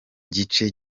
kimwe